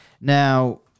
Now